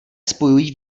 spojují